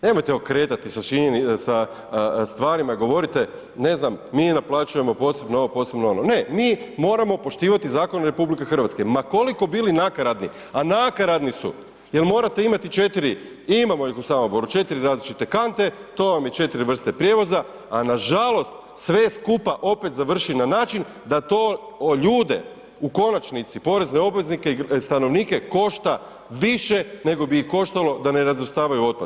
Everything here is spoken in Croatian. Nemojte okretati sa stvarima, govorite, ne znam, mi naplaćujemo posebno ovo, posebno ono, ne mi moramo poštivati zakon RH ma koliko bilo nakaradni a nakaradni su jer morate imati 4. I imamo ih u Samoboru 4 različite kante, to vam je 4 vrste prijevoza a nažalost sve skupa opet završi na način da to ljude u konačnici porezne obveznike i stanovnike košta više nego bi ih koštalo da ne razvrstavaju otpad.